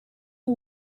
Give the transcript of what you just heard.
who